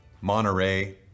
Monterey